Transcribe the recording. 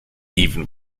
even